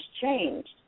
changed